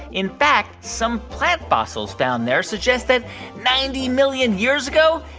in fact, some plant fossils found there suggest that ninety million years ago,